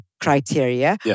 criteria